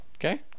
Okay